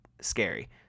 scary